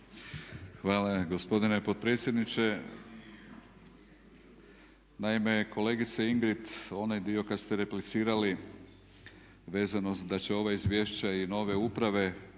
Hvala gospodine potpredsjedniče. Naime, kolegice Ingrid onaj dio kad ste replicirali vezano da će ova izvješća i nove uprave